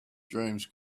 dreams